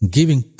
Giving